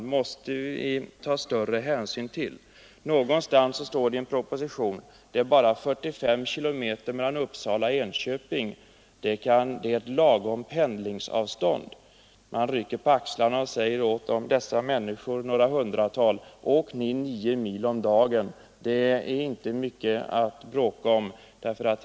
Vi måste ta större hänsyn till denna personal. Det står någonstans apropå flyttningen av § 1 i propositionen att det är bara 45 kilometer mellan Uppsala och Enköping, och det är ett lagom pendlingsavstånd. Man rycker på axlarna och säger åt dessa människor — det är några hundratal: Åk ni 9 mil om dagen — det är inte mycket att bråka om.